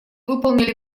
выполнили